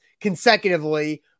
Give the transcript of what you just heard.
consecutively